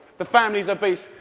the family's obese.